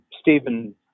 Stephen